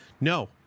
No